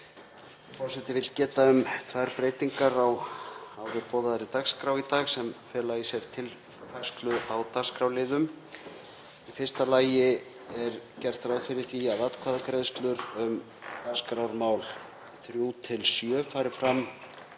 vill geta um tvær breytingar á áður boðaðri dagskrá í dag sem fela í sér tilfærslu á dagskrárliðum. Í fyrsta lagi er gert ráð fyrir því að atkvæðagreiðslur um dagskrármál 3–7 fari fram